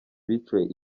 biciwe